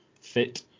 fit